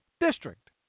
district